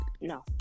No